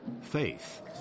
faith